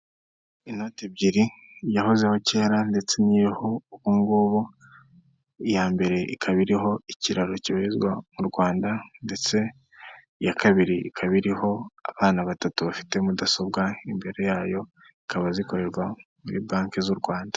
Inoti ebyiri iyahozeho kera ndetse n'iriho ubungubu iya mbere ikaba iriho ikiraro kibarizwa mu Rwanda ndetse iya kabiri ikaba iriho abana batatu bafite mudasobwa imbere yayo zikaba zikorerwa muri banki z'u Rwanda.